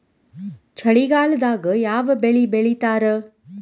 ಚಳಿಗಾಲದಾಗ್ ಯಾವ್ ಬೆಳಿ ಬೆಳಿತಾರ?